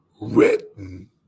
written